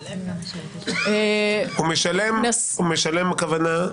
הוא משלם, הכוונה?